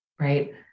right